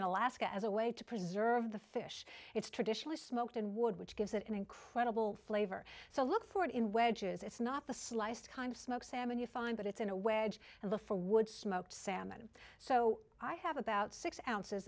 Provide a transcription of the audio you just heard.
in alaska as a way to preserve the fish it's traditionally smoked in wood which gives it an incredible flavor so look for it in wedges it's not the sliced kind of smoked salmon you find but it's in a wedge and the four wood smoked salmon so i have about six ounces